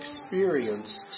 experienced